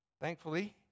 Thankfully